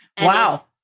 Wow